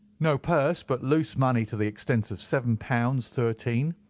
no purse, but loose money to the extent of seven pounds thirteen.